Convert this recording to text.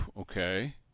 Okay